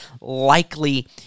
likely